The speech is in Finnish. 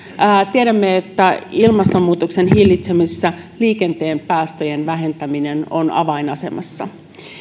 tiedämme että ilmastonmuutoksen hillitsemisessä liikenteen päästöjen vähentäminen on avainasemassa